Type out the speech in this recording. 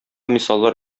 мисаллар